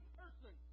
person